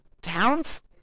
towns